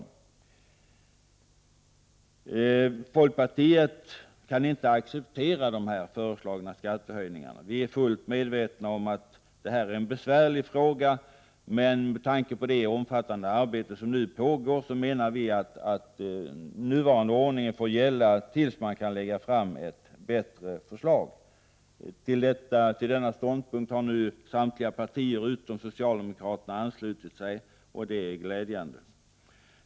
Vi i folkpartiet kan inte acceptera de föreslagna skattehöjningarna. Vi är fullt medvetna om att frågan är besvärlig. Men med tanke på det omfattande arbete som nu pågår menar vi att nuvarande ordning får gälla fram till dess att ett bättre förslag läggs fram. Samtliga partier med undantag av socialdemokraterna har sedermera intagit samma ståndpunkt, och det är glädjande.